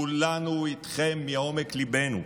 כולנו איתכם מעומק ליבנו.